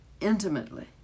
intimately